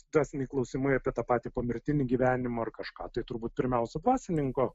dvasiniai klausimai apie tą patį pomirtinį gyvenimą ar kažką tai turbūt pirmiausia dvasininko